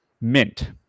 Mint